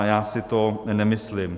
Já si to nemyslím.